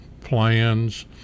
plans